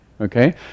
Okay